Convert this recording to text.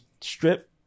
strip